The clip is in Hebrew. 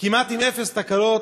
כמעט עם אפס תקלות.